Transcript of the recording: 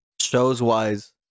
shows-wise